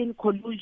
collusion